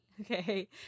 Okay